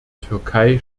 türkei